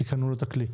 כי קנו לו את הכלי.